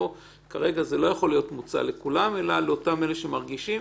כרגע זה לא יכול להיות מוצע לכולם אלא לאותם אלה שמרגישים,